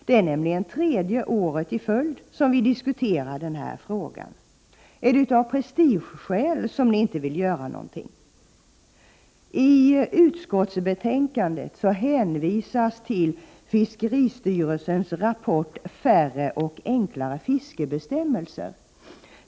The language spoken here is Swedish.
Detta är tredje året i följd som vi diskuterar den här frågan. Är det av prestigeskäl som ni inte vill göra något? I utskottsbetänkandet hänvisas till fiskeristyrelsens rapport Färre och enklare fiskebestämmelser.